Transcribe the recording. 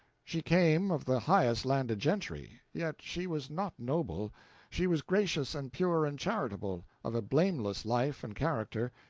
she came of the highest landed gentry, yet she was not noble she was gracious and pure and charitable, of a blameless life and character,